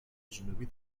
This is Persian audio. جنوبی